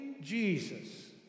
Jesus